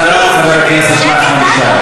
אחריו, חבר הכנסת נחמן שי.